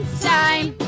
time